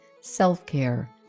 self-care